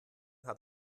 hat